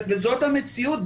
וזאת המציאות.